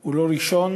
הוא לא דיון ראשון.